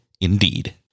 Indeed